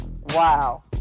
Wow